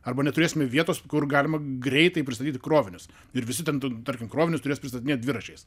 arba neturėsime vietos kur galima greitai pristatyti krovinius ir visi ten tarkim krovinius turės pristatinėt dviračiais